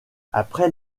après